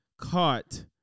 caught